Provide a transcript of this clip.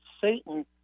satan